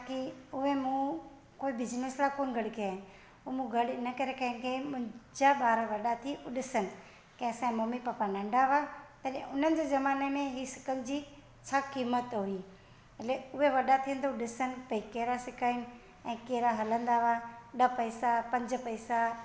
बाक़ी उहे मूं कोई बिज़निस लाइ कोन्ह गॾु किया आहिनि ऐं मां गॾु इन करे के कया इन मुंहिंजा ॿार वॾा थी ॾिसनि की असांजे मम्मी पापा नंढा हुआ पहले उननि जे ज़माने में हीअ सिक्कनि जी छा कीमत हुई भले उहे वॾा थियनि त ॾिसनि भाई कहिड़ा सिक्का आहिनि ऐं कहिड़ा हलंदा हुआ ॾह पैसा पंज पैसा